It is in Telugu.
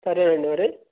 సరేనండి మరి